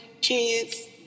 kids